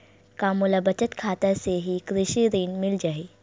का मोला बचत खाता से ही कृषि ऋण मिल जाहि?